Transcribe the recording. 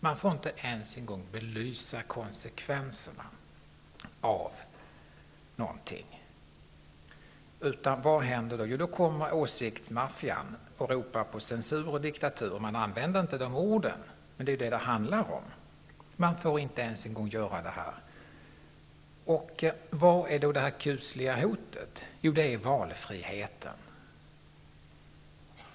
Man får inte ens belysa konsekvenserna av någonting, utan att åsiktsmaffian ropar på censur och diktatur. Man använder visserligen inte dessa ord, men det är det som det handlar om. Man får inte ens göra så här. Vad är det då som det här kusliga hotet utgörs av. Jo, det är valfriheten.